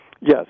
Yes